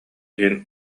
иһин